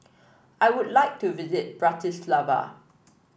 I would like to visit Bratislava